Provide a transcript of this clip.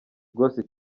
rwose